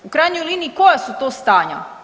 U krajnjoj liniji koja su to stanja?